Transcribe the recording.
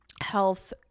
health